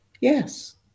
Yes